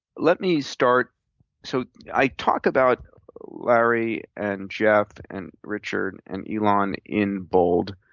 let me start so i talk about larry and jeff and richard and elon in bold.